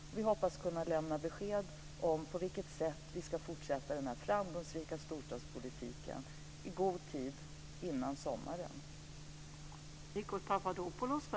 Och vi hoppas kunna lämna besked i god tid före sommaren på vilket sätt som vi ska fortsätta med denna framgångsrika storstadspolitik.